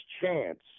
chance